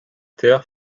terre